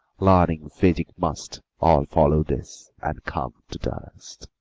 learning, physic, must all follow this and come to dust.